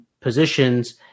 positions